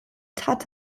tat